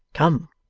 come